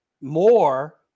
more